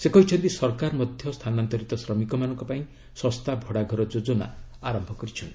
ସେ କହିଛନ୍ତି ସରକାର ମଧ୍ୟ ସ୍ଥାନାନ୍ତରିତ ଶ୍ରମିକମାନଙ୍କ ପାଇଁ ଶସ୍ତା ଭଡ଼ା ଘର ଯୋଜନା ଆରମ୍ଭ କରିଛନ୍ତି